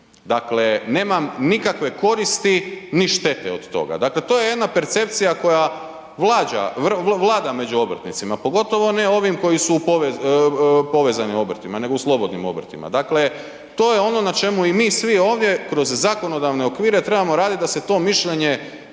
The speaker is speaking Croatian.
Dakle, nemam nikakve koristi ni štete od toga, dakle to je jedna percepcija koja vlada među obrtnicima, pogotovo ne ovim koji su povezani obrtima nego u slobodnim obrtima. Dakle, to je ono na čemu i mi svi ovdje kroz zakonodavne okvire trebamo raditi da se to mišljenje